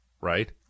right